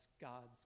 God's